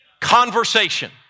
conversation